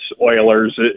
Oilers